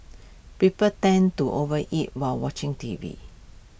people tend to overeat while watching T V